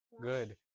Good